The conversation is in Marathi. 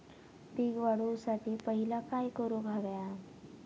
पीक वाढवुसाठी पहिला काय करूक हव्या?